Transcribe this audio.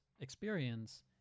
experience